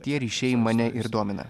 tie ryšiai mane ir domina